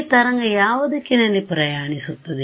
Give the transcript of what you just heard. ಈ ತರಂಗ ಯಾವ ದಿಕ್ಕಿನಲ್ಲಿ ಪ್ರಯಾಣಿಸುತ್ತಿದೆ